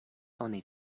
oni